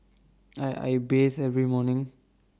I bathe every morning